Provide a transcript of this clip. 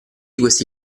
questi